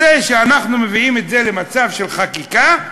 בזה שאנחנו מביאים את זה למצב של חקיקה,